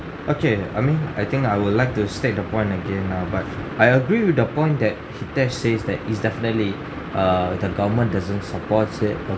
okay I mean I think I would like to state the point again lah but I agree with the point that hitesh says that it's definitely err the government doesn't supports it or